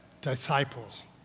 Disciples